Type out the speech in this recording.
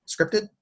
scripted